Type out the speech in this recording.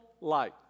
light